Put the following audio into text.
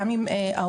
גם עם ההורים,